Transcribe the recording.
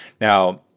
Now